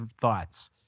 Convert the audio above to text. thoughts